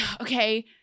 okay